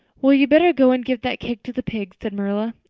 well, you'd better go and give that cake to the pigs, said marilla.